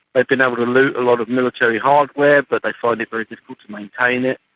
they've been able to loot a lot of military hardware but they find it very difficult to maintain it,